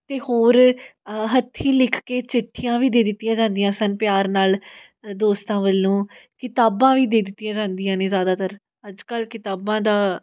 ਅਤੇ ਹੋਰ ਹੱਥੀਂ ਲਿਖ ਕੇ ਚਿੱਠੀਆਂ ਵੀ ਦੇ ਦਿੱਤੀਆਂ ਜਾਂਦੀਆਂ ਸਨ ਪਿਆਰ ਨਾਲ ਦੋਸਤਾਂ ਵੱਲੋਂ ਕਿਤਾਬਾਂ ਵੀ ਦੇਖਦੀਆਂ ਰਹਿੰਦੀਆਂ ਨੇ ਜ਼ਿਆਦਾਤਰ ਅੱਜ ਕੱਲ੍ਹ ਕਿਤਾਬਾਂ ਦਾ